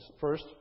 First